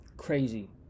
crazy